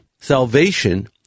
Salvation